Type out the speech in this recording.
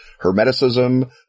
Hermeticism